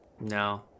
no